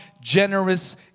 generous